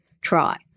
try